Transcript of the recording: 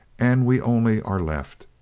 and we only are left.